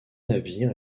navire